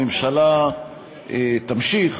הממשלה תמשיך